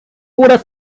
oder